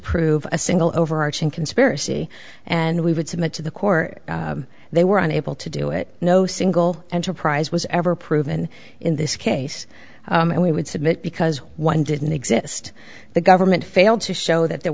prove a single overarching conspiracy and we would submit to the court they were unable to do it no single enterprise was ever proven in this case and we would submit because one didn't exist the government failed to show that there